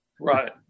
Right